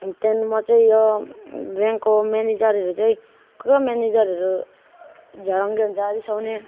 त्यहाँ म चाहिँ यो ब्याङ्कको म्यानेजरहरू चाहिँ कोही कोही म्यानेजरहरू झडङ्गै हुन्छ रिसाउने